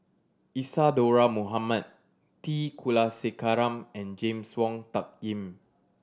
Isadhora Mohamed T Kulasekaram and James Wong Tuck Yim